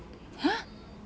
!huh!